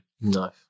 Nice